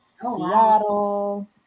Seattle